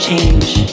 change